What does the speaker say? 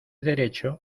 derecho